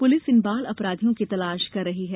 police इन बाल अपराधियों की तलाश कर रही है